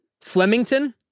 Flemington